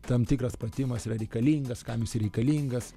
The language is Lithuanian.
tam tikras pratimas yra reikalingas kam jisai reikalingas